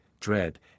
dread